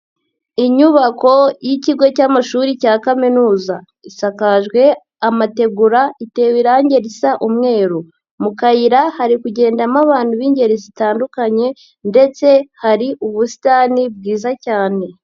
Inyubako y'ikigo cy'amashuri cya Kaminuza, isakajwe amategura, itewe irangi risa umweru, mu kayira hari kugendamo abantu b'ingeri zitandukanye ndetse hari ubusitani bwiza cyane.